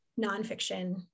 nonfiction